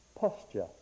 posture